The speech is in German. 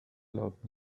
laut